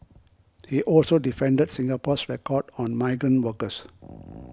he also defended Singapore's record on migrant workers